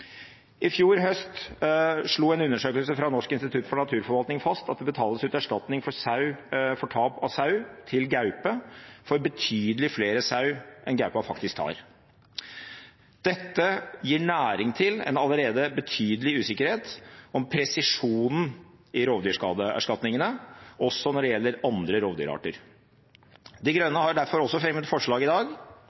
I fjor høst slo en undersøkelse fra Norsk institutt for naturforskning fast at det utbetales erstatning for tap av sau til gaupe for betydelig flere sau enn gaupa faktisk tar. Dette gir næring til en allerede betydelig usikkerhet om presisjonen i rovdyrskadeerstatningene, også når det gjelder andre rovdyrarter. De grønne har derfor også fremmet forslag i dag